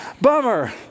bummer